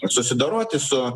susidoroti su